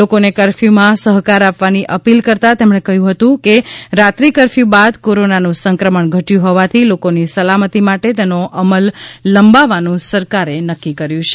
લોકોને કરફ્યુમાં સહકાર આપવાની અપીલ કરતાં તેમણે કહ્યું હતું કે રાત્રિ કરફ્યુ બાદ કોરોનાનું સંક્રમણ ઘટ્યું હોવાથી લોકો ની સલામતી માટે તેનો અમલ લંબાવવાનું સરકારે નક્કી કર્યું છે